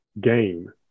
Game